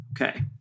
Okay